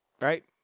Right